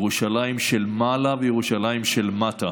ירושלים של מעלה וירושלים של מטה.